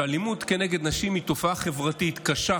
שאלימות כנגד נשים היא תופעה חברתית קשה,